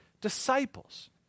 disciples